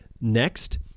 Next